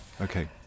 Okay